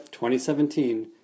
2017